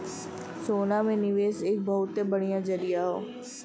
सोना में निवेस एक बहुते बढ़िया जरीया हौ